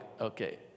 okay